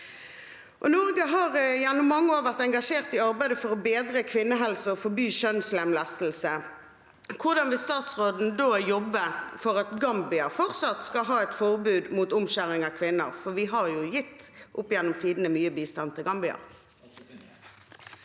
Norge har gjennom mange år vært engasjert i arbeidet for å bedre kvinnehelse og forby kjønnslemlestelse. Hvordan vil statsråden da jobbe for at Gambia fortsatt skal ha et forbud mot omskjæring av kvinner – for vi har jo opp gjennom tidene gitt mye bistand til Gambia?